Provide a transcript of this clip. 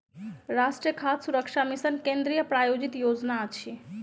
राष्ट्रीय खाद्य सुरक्षा मिशन केंद्रीय प्रायोजित योजना अछि